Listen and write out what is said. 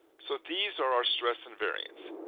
so these are our stress invariants,